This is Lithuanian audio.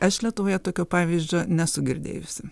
aš lietuvoje tokio pavyzdžio nesu girdėjusi